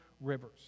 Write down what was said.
rivers